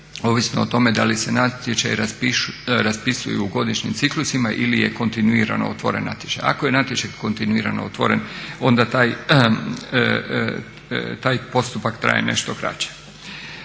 ovisno o tome da li se natječaji raspisuju u godišnjim ciklusima ili je kontirano otvoren natječaj. Ako je natječaj kontinuirano otvoren onda taj postupak traje nešto kraće.